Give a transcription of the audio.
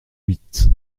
huit